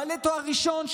בעלי תואר ראשון,